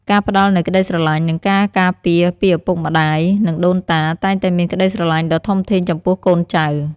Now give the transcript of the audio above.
ការផ្តល់នូវក្តីស្រឡាញ់ និងការការពារពីឪពុកម្តាយ និងដូនតា តែងតែមានក្តីស្រឡាញ់ដ៏ធំធេងចំពោះកូនចៅ។